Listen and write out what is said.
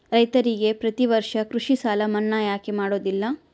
ರೈತರಿಗೆ ಪ್ರತಿ ವರ್ಷ ಕೃಷಿ ಸಾಲ ಮನ್ನಾ ಯಾಕೆ ಮಾಡೋದಿಲ್ಲ?